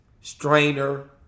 strainer